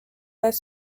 pas